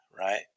right